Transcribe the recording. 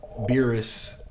Beerus